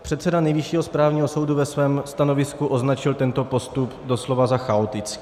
Předseda Nejvyššího správního soudu ve svém stanovisku označil tento postup doslova za chaotický.